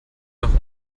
nach